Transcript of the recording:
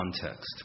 Context